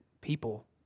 people